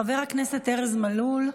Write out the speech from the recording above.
חבר הכנסת ארז מלול,